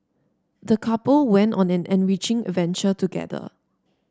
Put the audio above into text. the couple went on an enriching adventure together